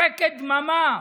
שקט, דממה.